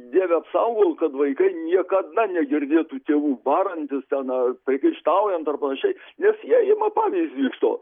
dieve apsaugok kad vaikai niekada negirdėtų tėvų barantis ten ar priekaištaujant ar panašiai nes jie ima pavyzdį iš to